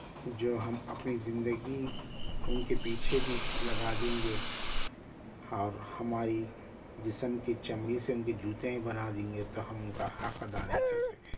جو ہم اپنی زندگی ان کے پیچھے بھی لگا دیں گے اور ہماری جسم کی چمڑی سے ان کی جوتیں بنا دیں گے تو ہم ان کا حق ادا نہیں کر سکتے